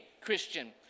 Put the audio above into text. Christian